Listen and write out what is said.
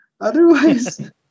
Otherwise